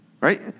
Right